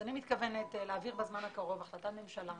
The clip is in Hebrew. אני מתכוונת להעביר בזמן הקרוב החלטת ממשלה.